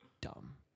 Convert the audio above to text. dumb